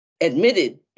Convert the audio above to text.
admitted